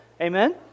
Amen